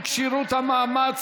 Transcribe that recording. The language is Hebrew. כשירות המאמץ),